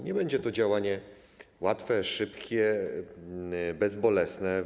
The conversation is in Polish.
Nie będzie to działanie łatwe, szybkie, bezbolesne.